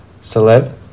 celeb